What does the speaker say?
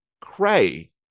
cray